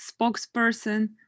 spokesperson